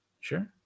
Sure